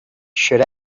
should